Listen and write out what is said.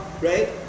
right